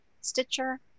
Stitcher